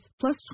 plus